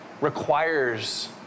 requires